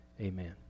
Amen